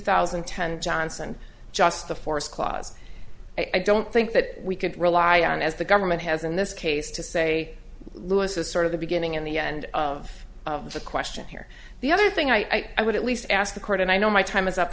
thousand and ten johnson just the forest clause i don't think that we could rely on as the government has in this case to say lewis is sort of the beginning in the end of the question here the other thing i would at least ask the court and i know my time is up